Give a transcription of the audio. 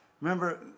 Remember